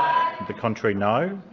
the contrary, no.